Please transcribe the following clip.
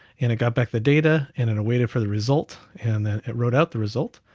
and it got back the data, and it awaited for the result, and then it wrote out the result,